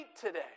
today